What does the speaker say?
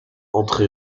entre